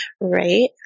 right